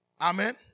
Amen